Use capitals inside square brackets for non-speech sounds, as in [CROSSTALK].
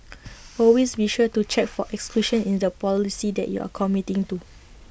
[NOISE] always be sure to check for exclusions in the policy that you are committing to